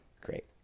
great